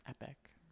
Epic